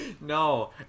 No